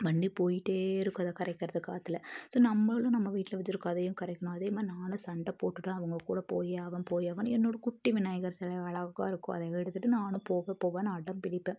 வண்டி போயிகிட்டே இருக்கும் அதை கரைக்கிறதுக்கு ஆத்தில் ஸோ நம்மளும் நம்ம வீட்டில் வச்சிருக்க அதையும் கரைக்கணும் அதே மாதிரி நானும் சண்டை போட்டுட்டு அவங்கக்கூட போயே ஆவேன் போய் ஆவேன்னு என்னோடய குட்டி விநாயகர் செலை அழகாக இருக்கும் அதை எடுத்துட்டு நானும் போக போவேன்னு அடம் பிடிப்பேன்